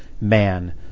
man